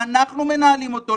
שאנחנו מנהלים אותו,